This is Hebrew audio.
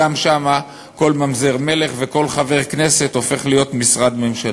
גם שם כל ממזר מלך וכל חבר כנסת הופך להיות משרד ממשלתי.